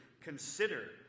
consider